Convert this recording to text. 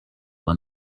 one